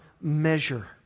measure